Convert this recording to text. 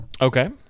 Okay